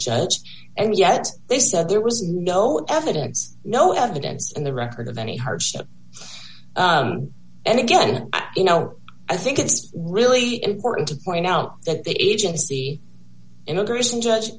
judge and yet they said there was no evidence no evidence in the record of any hardship and again you know i think it's really important to point out that the agency immigration judge